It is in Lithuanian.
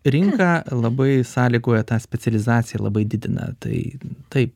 rinka labai sąlygoja tą specializaciją labai didina tai taip